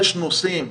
יש נושאים,